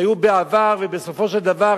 שהיו בעבר, ובסופו של דבר